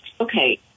Okay